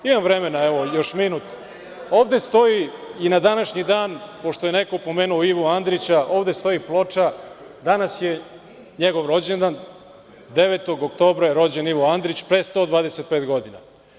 Ovde stoji i na današnji dan, pošto je neko pomenuo Ivu Andrića, ovde stoji ploča, danas je njegov rođendan, 9. oktobra je rođen Ivo Andrić, pre 125 godina.